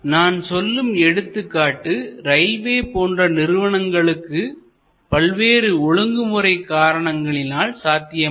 நான் சொல்லும் எடுத்துக்காட்டு ரயில்வே போன்ற நிறுவனங்களுக்கு பல்வேறு ஒழுங்குமுறை காரணங்களினால் சாத்தியமல்ல